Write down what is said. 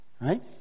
right